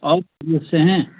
اور ست سے ہیں